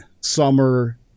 summer